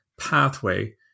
pathway